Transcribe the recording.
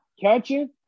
catching